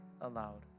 aloud